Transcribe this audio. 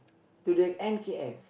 to the N_K_F